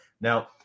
Now